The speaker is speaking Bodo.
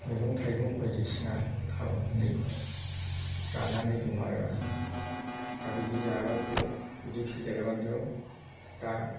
मैगं थाइगं बायदिसिना खालामनानै जानानै दं आरो आं दा बिदि जायाबानोथ' बिदि फेदेराबानोथ' दा